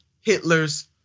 Hitler's